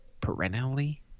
perennially